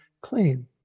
clean